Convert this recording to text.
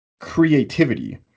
creativity